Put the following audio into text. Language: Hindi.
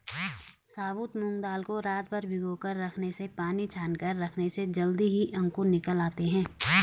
साबुत मूंग दाल को रातभर भिगोकर रखने से पानी छानकर रखने से जल्दी ही अंकुर निकल आते है